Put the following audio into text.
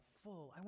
full